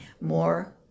more